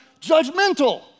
judgmental